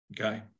okay